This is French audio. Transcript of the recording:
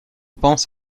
pense